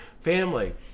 family